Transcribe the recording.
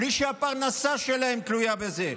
בלי שהפרנסה שלהם תלויה בזה.